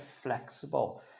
flexible